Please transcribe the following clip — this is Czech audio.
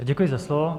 Děkuji za slovo.